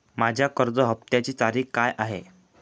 माझ्या कर्ज हफ्त्याची तारीख काय आहे?